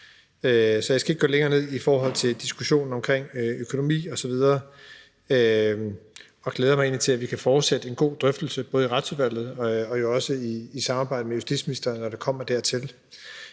Så jeg skal ikke gå længere ned i diskussionen om økonomi osv., men glæder mig egentlig til, at vi kan fortsætte en god drøftelse, både i Retsudvalget og i samarbejde med justitsministeren, når det kommer dertil.